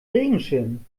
regenschirm